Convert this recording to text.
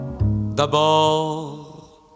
D'abord